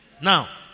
Now